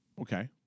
Okay